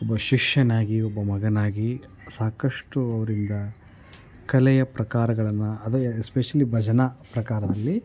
ಒಬ್ಬ ಶಿಷ್ಯನಾಗಿ ಒಬ್ಬ ಮಗನಾಗಿ ಸಾಕಷ್ಟು ಅವರಿಂದ ಕಲೆಯ ಪ್ರಕಾರಗಳನ್ನ ಅದೇ ಎಸ್ಪೆಷಲಿ ಭಜನೆ ಪ್ರಕಾರದಲ್ಲಿ